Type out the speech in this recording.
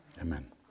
amen